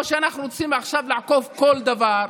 או שאנחנו רוצים עכשיו לעקוף כל דבר,